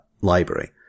library